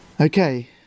Okay